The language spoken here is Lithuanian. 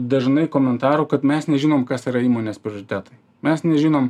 dažnai komentarų kad mes nežinom kas yra įmonės prioritetai mes nežinom